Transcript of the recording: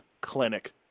clinic